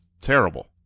terrible